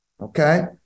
Okay